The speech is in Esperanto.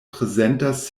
prezentas